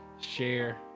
share